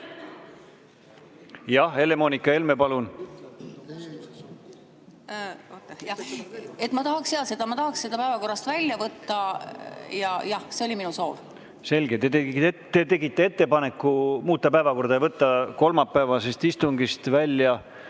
Jah, see on minu soov. Ma tahaksin seda päevakorrast välja võtta. Jah, see on minu soov. Selge. Te tegite ettepaneku muuta päevakorda ja võtta kolmapäevasest istungist välja